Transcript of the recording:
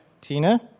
Tina